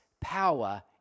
power